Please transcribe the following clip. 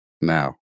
now